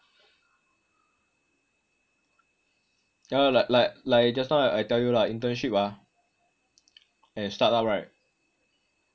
yah lah like like like just now I tell you lah internship ah and startup right